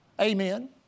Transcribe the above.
amen